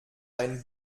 ein